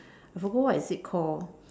I forgot what is it call